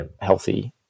healthy